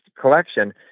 collection